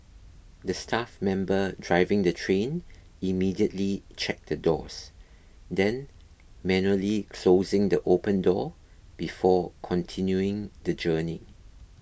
the staff member driving the train immediately checked the doors then manually closing the open door before continuing the journey